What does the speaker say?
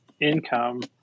income